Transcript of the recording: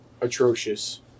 atrocious